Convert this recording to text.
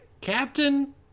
Captain